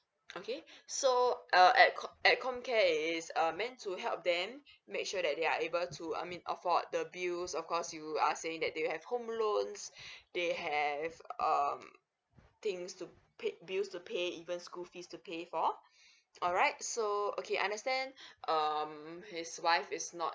okay so uh at com~ at comcare it is uh meant to help them make sure that they are able to I mean afford the bills of course you are saying that they have home loans they have um things to pay bills to pay even school fees to pay for alright so okay understand um his wife is not